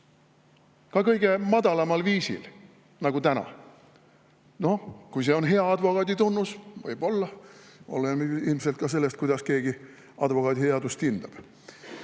ka kõige madalamal viisil nagu täna. Noh, kui see on hea advokaadi tunnus, siis võib-olla. Oleneb ilmselt ka sellest, kuidas keegi advokaadi headust hindab.